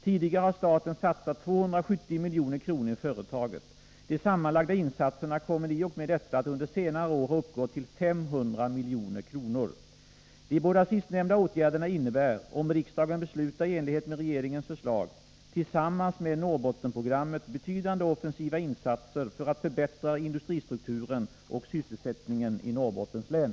Tidigare har staten satsat 270 — ,ädda nedlägg milj.kr. i företaget. De sammanlagda insatserna kommer i och med detta att ningshotade under senare år ha uppgått till 500 milj.kr. industrienheter i De båda sistnämnda åtgärderna innebär — om riksdagen beslutar i enlighet — Norrbotten med regeringens förslag — tillsammans med Norrbottensprogrammet betydande offensiva insatser för att förbättra industristrukturen och sysselsättningen i Norrbottens län.